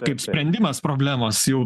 kaip sprendimas problemos jau